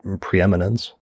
preeminence